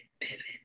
pivot